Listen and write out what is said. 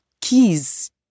keys